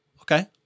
okay